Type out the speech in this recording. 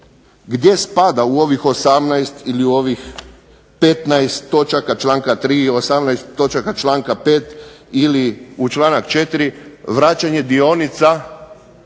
gdje spada u ovih 10 ili u ovih 15 točaka članka 3. i 18 točaka članka 5. ili članak 4. vraćanje dionica